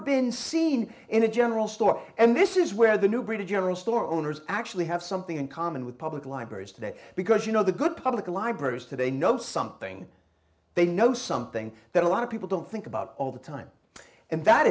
been seen in a general store and this is where the new breed of general store owners actually have something in common with public libraries today because you know the good public libraries today know something they know something that a lot of people don't think about all the time and that